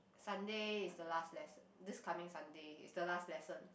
Sunday is the last lesson this coming Sunday is the last lesson